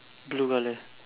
blue colour